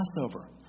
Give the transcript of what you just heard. Passover